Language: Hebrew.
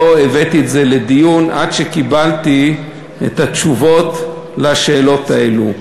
לא הבאתי את זה לדיון עד שקיבלתי את התשובות על השאלות האלה.